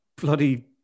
bloody